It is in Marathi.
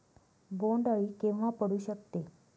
बोंड अळी केव्हा पडू शकते?